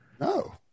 No